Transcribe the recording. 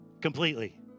completely